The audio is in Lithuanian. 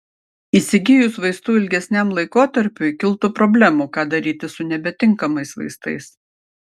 įsigijus vaistų ilgesniam laikotarpiui kiltų problemų ką daryti su nebetinkamais vaistais